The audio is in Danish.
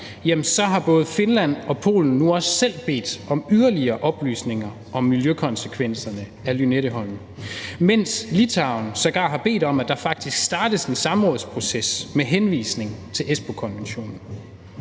så har både Finland og Polen nu også selv bedt om yderligere oplysninger om miljøkonsekvenserne af Lynetteholm, mens Litauen sågar har bedt om, at der faktisk startes en samrådsproces med henvisning til Espookonventionen.